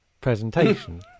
presentation